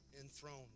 enthroned